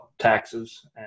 taxes